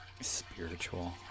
spiritual